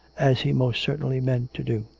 as he most certainly meant to do.